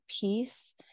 peace